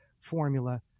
formula